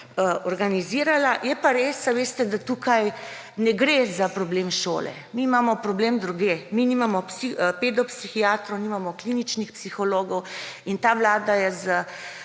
organizirala. Je pa res, veste, da tukaj ne gre za problem šole. Mi imamo problem drugje. Mi nimamo pedopsihiatrov, nimamo kliničnih psihologov. In ta vlada je